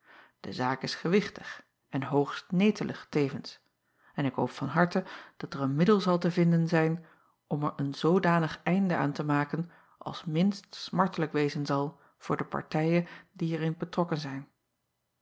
e zaak is gewichtig en hoogst netelig tevens en ik hoop van harte dat er een middel zal te vinden zijn om er een zoodanig einde aan te maken als minst smartelijk wezen zal voor de partijen die er in betrokken zijn